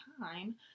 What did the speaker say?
time